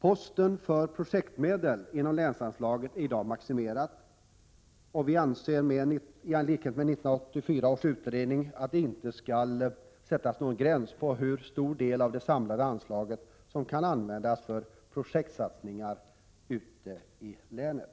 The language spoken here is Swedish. Posten för projektmedel inom länsanslaget är i dag maximerad. Vi anser i likhet med 1984 års utredning att det inte skall sättas någon gräns för hur stor del av det samlade anslaget som kan användas för projektsatsningar ute i länet.